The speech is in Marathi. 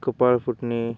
कपाळ फुटणे